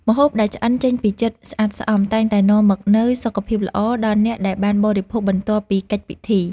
ម្ហូបដែលឆ្អិនចេញពីចិត្តស្អាតស្អំតែងតែនាំមកនូវសុខភាពល្អដល់អ្នកដែលបានបរិភោគបន្ទាប់ពីកិច្ចពិធី។